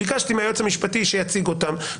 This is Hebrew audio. ביקשתי מהיועץ המשפטי שיציג אותם,